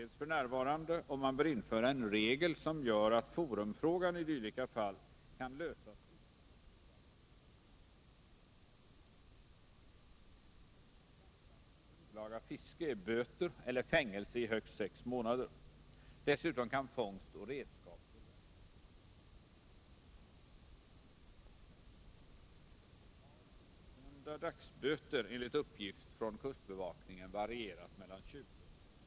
Inom justitiedepartementet utreds f. n. om man bör införa en regel som gör att forumfrågan i dylika fall kan lösas utan att åklagaren behöver inhämta förordnande från regeringen. Straffsatsen för olaga fiske är böter eller fängelse i högst sex månader. Dessutom kan fångst och redskap förverkas. Under åren 1980 och 1981 har utdömda dagsböter enligt uppgift från kustbevakningen varierat mellan 20 och 120.